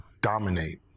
dominate